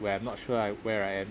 where I'm not sure I where I am